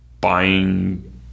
buying